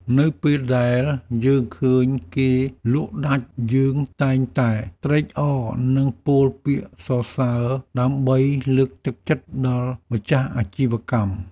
នៅពេលដែលយើងឃើញគេលក់ដាច់ យើងតែងតែត្រេកអរនិងពោលពាក្យសរសើរដើម្បីលើកទឹកចិត្តដល់ម្ចាស់អាជីវកម្ម។